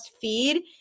feed